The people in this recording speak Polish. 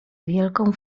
wielką